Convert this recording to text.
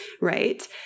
right